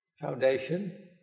Foundation